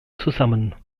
zusammen